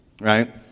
right